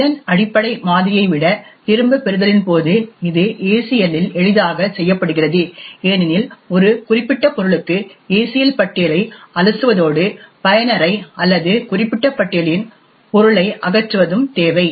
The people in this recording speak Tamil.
திறன் அடிப்படை மாதிரியை விட திரும்பப்பெறுதலின் போது இது ACL இல் எளிதாக செய்யப்படுகிறது ஏனெனில் ஒரு குறிப்பிட்ட பொருளுக்கு ACL பட்டியலை அலசுவதோடு பயனரை அல்லது குறிப்பிட்ட பட்டியலின் பொருளை அகற்றுவதும் தேவை